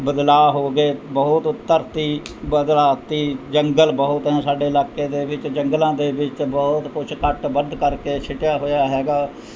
ਬਦਲਾਅ ਹੋ ਗਏ ਬਹੁਤ ਧਰਤੀ ਬਦਲਾਤੀ ਜੰਗਲ ਬਹੁਤ ਆ ਸਾਡੇ ਇਲਾਕੇ ਦੇ ਵਿੱਚ ਜੰਗਲਾਂ ਦੇ ਵਿੱਚ ਬਹੁਤ ਕੁਛ ਕੱਟ ਵੱਢ ਕਰਕੇ ਸੁੱਟਿਆ ਹੋਇਆ ਹੈਗਾ